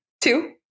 two